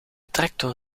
tractor